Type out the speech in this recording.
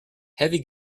heavy